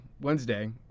Wednesday